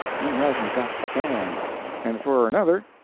he hasn't got the sand and for another,